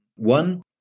One